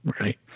Right